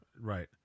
Right